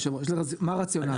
מה הרציונל?